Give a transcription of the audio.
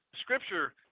scripture